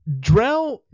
Drell